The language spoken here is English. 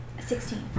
Sixteen